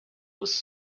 was